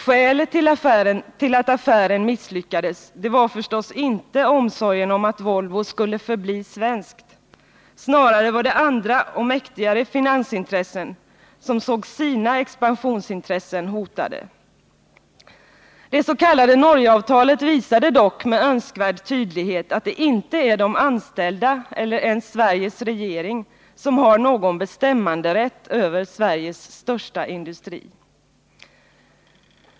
Skälet till att affären misslyckades var förstås inte omsorgen om att Volvo skulle förbli svenskt. Snarare var det andra och mäktigare finansintressen som såg sina expansionsintressen hotade. Det s.k. Norge-avtalet visade dock med önskvärd tydlighet att det inte är de anställda eller ens Sveriges regering som har någon bestämmanderätt över Sveriges största industri.